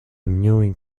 mewing